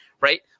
right